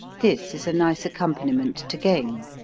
this is a nice accompaniment to game.